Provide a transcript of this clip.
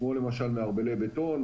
כמו למשל מערבלי בטון,